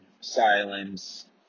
silence